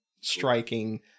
striking